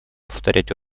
повторять